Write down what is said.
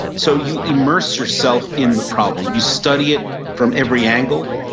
so you immerse yourself in the problem. you study it from every angle,